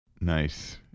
Nice